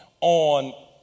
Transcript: on